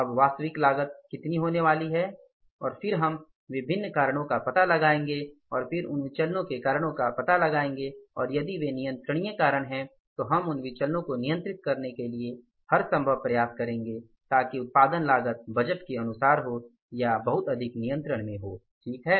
अब वास्तविक लागत कितनी होने वाली है और फिर हम विभिन्न का पता लगाएंगे और फिर उन विचलनो के कारणों का पता लगायेंगे और यदि वे नियंत्रणीय कारण हैं तो हम उन विचलनो को नियंत्रित करने के लिए हर संभव प्रयास करेंगे ताकि उत्पादन लागत बजट के अनुसार हो या बहुत अधिक नियंत्रण में हो सही है